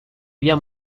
via